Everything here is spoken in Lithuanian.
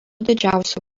didžiausiu